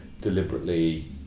deliberately